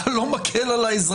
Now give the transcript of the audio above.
התפקיד שלך הוא לא להקל על האזרח,